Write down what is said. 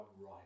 right